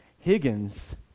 Higgins